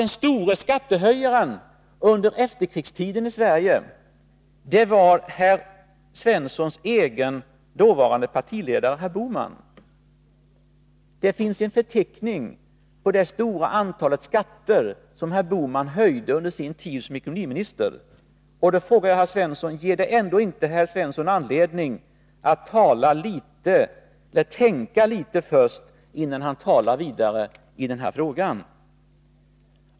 Den store skattehöjaren under efterkrigstiden i Sverige var herr Svenssons egen dåvarande partiledare Gösta Bohman. Det finns en förteckning över det stora antal skatter som herr Bohman höjde under sin tid som ekonomiminister. Då frågar jag herr Svensson: Ger detta ändå inte herr Svensson anledning att tänka litet först, innan han talar vidare i denna fråga?